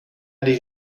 die